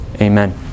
Amen